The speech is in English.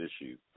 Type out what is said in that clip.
issues